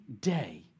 day